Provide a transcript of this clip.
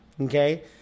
okay